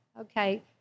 okay